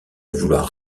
vouloir